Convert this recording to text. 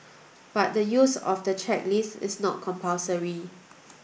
but the use of the checklist is not compulsory